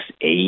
eight